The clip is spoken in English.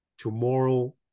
Tomorrow